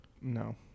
No